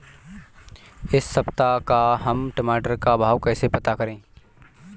इस सप्ताह का हम टमाटर का भाव कैसे पता करें?